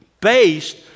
based